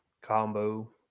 combo